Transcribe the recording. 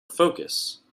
focus